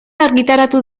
argitaratu